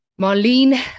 Marlene